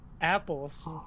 apples